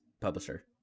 Publisher